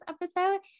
episode